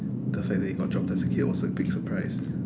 the fact that you got droppped as a kid was a big surprise